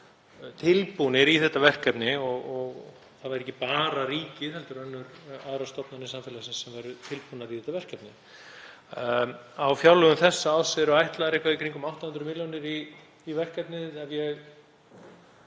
tilbúnir í þetta verkefni og það væri ekki bara ríkið heldur aðrar stofnanir samfélagsins sem væru tilbúnar í þetta verkefni. Á fjárlögum þessa árs eru ætlaðar eitthvað í kringum 800 milljónir í verkefnið, ef mig